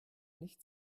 nicht